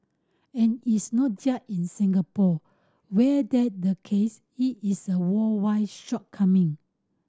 and it's not just in Singapore where that the case it is a worldwide shortcoming